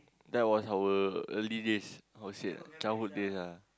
that was our early days I would say childhood days ah